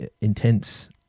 intense